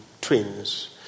twins